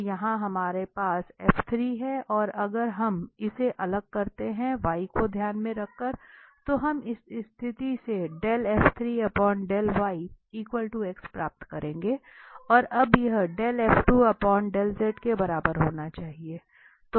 तो यहां हमारे पास है और अगर हम इसे अलग करते हैं y को ध्यान में रख कर तो हम इस स्थिति से प्राप्त करेंगे और अब यह के बराबर होना चाहिए